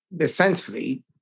essentially